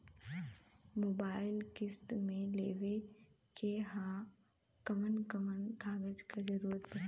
Mobile किस्त मे लेवे के ह कवन कवन कागज क जरुरत पड़ी?